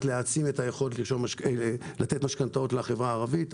להעצים את היכולת לתת משכנתאות לחברה הערבית.